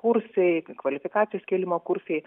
kursai kvalifikacijos kėlimo kursai